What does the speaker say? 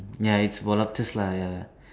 ya its about lah ya